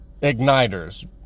Igniters